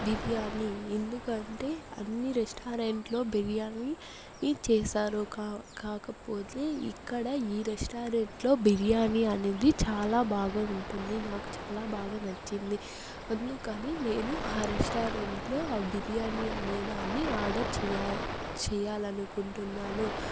బిర్యాని ఎందుకంటే అన్ని రెస్టారెంట్ లో బిర్యాని ఈ చేసారు కాకపోతే ఇక్కడ ఈ రెస్టారెంట్ లో బిర్యాని అనేది చాలా బాగా ఉంటుంది నాకు చాలా బాగా నచ్చింది అందుకని నేను ఆ రెస్టారెంట్ లో బిర్యాని అనేదాన్ని ఆర్డర్ చేయా చేయాలనుకుంటున్నాను